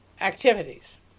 activities